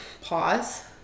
pause